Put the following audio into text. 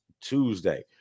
Tuesday